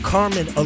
Carmen